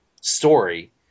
story